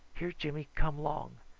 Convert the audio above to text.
hear jimmy come long.